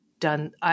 done